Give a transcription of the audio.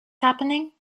happening